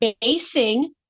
basing